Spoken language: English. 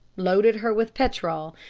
loaded her with petrol,